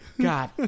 God